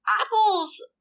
Apples